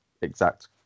exact